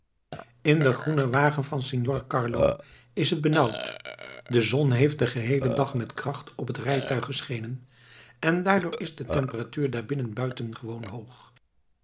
in den groenen wagen van signor carlo is het benauwd de zon heeft den geheelen dag met kracht op het rijtuig geschenen en daardoor is de temperatuur daarbinnen buitengewoon hoog